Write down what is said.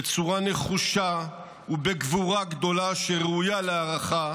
בצורה נחושה ובגבורה גדולה שראויה להערכה,